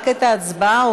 את התשובה כבר שמענו,